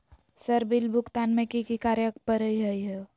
Sir bill भुगतान में की की कार्य पर हहै?